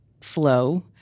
flow